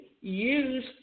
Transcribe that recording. use